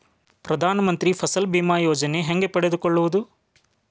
ಪ್ರಧಾನ ಮಂತ್ರಿ ಫಸಲ್ ಭೇಮಾ ಯೋಜನೆ ಹೆಂಗೆ ಪಡೆದುಕೊಳ್ಳುವುದು?